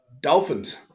Dolphins